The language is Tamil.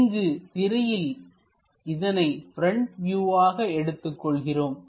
இங்கு திரையில் இதனை ப்ரெண்ட் வியூவாக எடுத்துக் கொள்கிறோம்